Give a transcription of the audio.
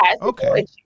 okay